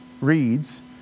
reads